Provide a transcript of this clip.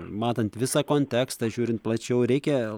matant visą kontekstą žiūrint plačiau reikia